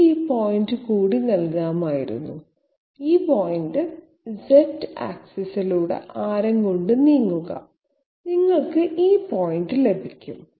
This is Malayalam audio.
എനിക്ക് ഈ പോയിന്റ് കൂടി നൽകാമായിരുന്നു ഈ പോയിന്റ് Z ആക്സിസിലൂടെ ആരം കൊണ്ട് നീങ്ങുക നിങ്ങൾക്ക് ഈ പോയിന്റ് ലഭിക്കും